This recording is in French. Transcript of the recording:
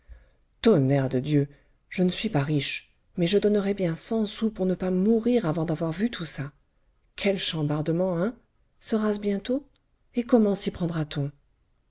tonnerre de dieu je ne suis pas riche mais je donnerais bien cent sous pour ne pas mourir avant d'avoir vu tout ça quel chambardement hein sera-ce bientôt et comment s'y prendra t on